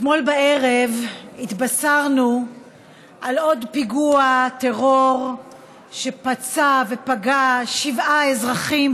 אתמול בערב התבשרנו על עוד פיגוע טרור שפצע ופגע בשבעה אזרחים,